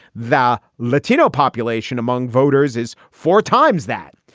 the latino population among voters is four times that.